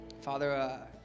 Father